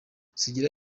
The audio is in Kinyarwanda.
sugira